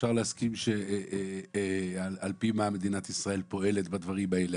אפשר להסכים על פי מה מדינת ישראל פועלת בדברים האלה,